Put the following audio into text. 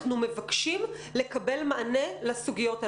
אנחנו מבקשים לקבל מענה לסוגיות הללו.